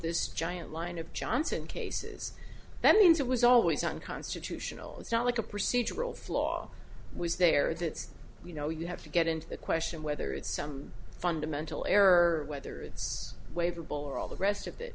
this giant line of johnson cases that means it was always unconstitutional it's not like a procedural flaw was there that you know you have to get into the question whether it's some fundamental error whether it's waiver ball or all the rest of